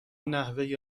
نحوه